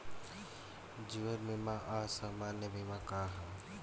जीवन बीमा आ सामान्य बीमा का ह?